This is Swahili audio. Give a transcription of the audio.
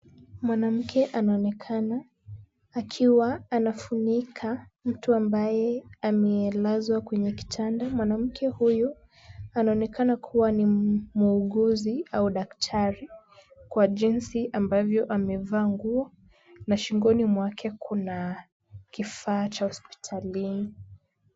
Mwanamke anaonekana akiwa anafunika mtu ambaye amelazwa kwenye kitanda. Mwanamke huyu anaonekana kuwa ni muuguzi au daktari, kwa jinsi ambavyo amevaa nguo na shingoni mwake kuna kifaa cha hospitalini.